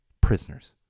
Prisoners